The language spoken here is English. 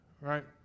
right